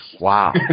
Wow